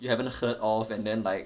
you haven't heard of and then like